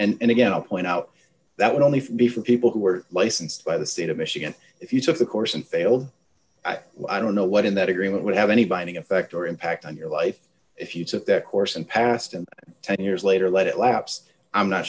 action and again i'll point out that would only be for people who were licensed by the state of michigan if you took the course and failed i don't know what in that agreement would have any binding effect or impact on your life if you took that course and passed and ten years later let it lapse i'm not